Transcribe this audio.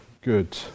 good